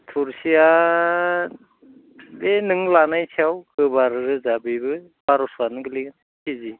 थुरसिया बे नों लानायनि सायाव गोबा रोजा बेबो बार'स'आनो गोग्लैगोन केजि